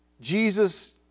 Jesus